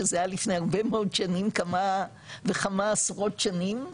שזה היה לפני הרבה מאוד שנים כמה וכמה עשרות שנים,